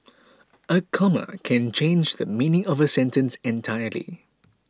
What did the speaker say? a comma can change the meaning of a sentence entirely